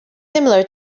similar